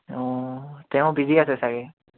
অঁ তেওঁ বিজি আছে চাগে